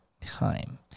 time